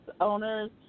owners